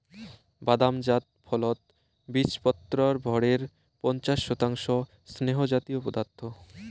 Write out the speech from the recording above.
বাদাম জাত ফলত বীচপত্রর ভরের পঞ্চাশ শতাংশ স্নেহজাতীয় পদার্থ